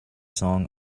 song